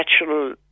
natural